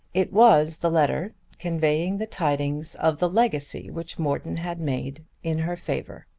it was the letter conveying the tidings of the legacy which morton had made in her favour.